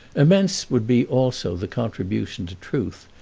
immense would be also the contribution to truth,